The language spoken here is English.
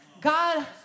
God